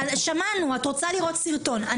שמענו שאת רוצה לראות סרטון,